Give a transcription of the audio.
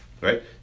right